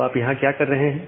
तो आप यहां क्या कर रहे हैं